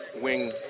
wing